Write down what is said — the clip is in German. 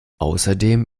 außerdem